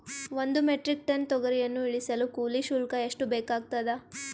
ಒಂದು metric ton ತೊಗರಿಯನ್ನು ಇಳಿಸಲು ಕೂಲಿ ಶುಲ್ಕ ಎಷ್ಟು ಬೇಕಾಗತದಾ?